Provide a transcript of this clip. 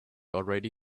already